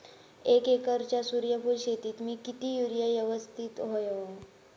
एक एकरच्या सूर्यफुल शेतीत मी किती युरिया यवस्तित व्हयो?